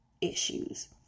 issues